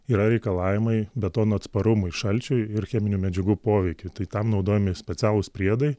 yra reikalavimai betono atsparumui šalčiui ir cheminių medžiagų poveikiui tai tam naudojami specialūs priedai